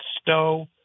Stowe